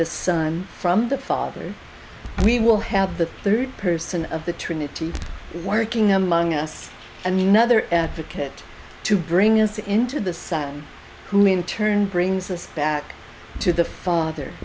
the son from the father we will have the third person of the trinity working among us a new nother advocate to bring us into the son who in turn brings us back to the father